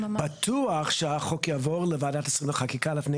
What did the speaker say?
בטוח שהחוק יעבור לוועדת השרים לחקיקה לפני